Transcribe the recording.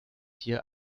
hier